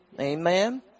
amen